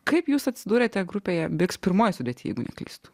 kaip jūs atsidūrėte grupėje biks pirmoj sudėty jeigu neklystu